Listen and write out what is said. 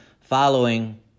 following